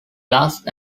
last